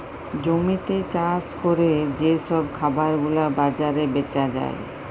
জমিতে চাষ ক্যরে যে সব খাবার গুলা বাজারে বেচা যায়